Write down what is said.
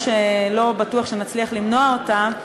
אבל לא בטוח שנצליח למנוע אותה,